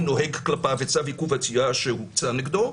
נוהג כלפיו וצו עיכוב היציאה שהוצא נגדו.